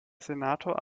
senator